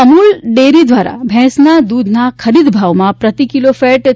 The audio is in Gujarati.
અમૂલ ડેરી દ્વારા ભેંસના દૂધના ખરીદ ભાવમાં પ્રતિ કિલો ફેટ રૂ